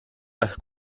las